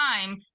time